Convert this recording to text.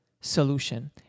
solution